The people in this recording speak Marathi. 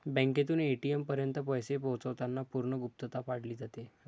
बँकेतून ए.टी.एम पर्यंत पैसे पोहोचवताना पूर्ण गुप्तता पाळली जाते